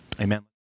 Amen